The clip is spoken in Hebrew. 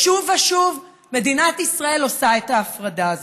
שוב ושוב מדינת ישראל עושה את ההפרדה הזאת.